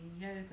Yoga